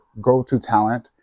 GoToTalent